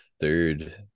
third